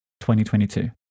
2022